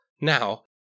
Now